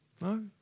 No